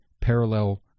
parallel